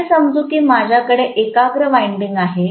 असे समजू की माझ्याकडे एकाग्र वाइंडिंग आहे